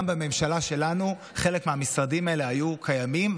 גם בממשלה שלנו חלק מהמשרדים האלה היו קיימים,